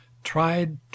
tried